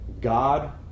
God